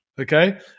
Okay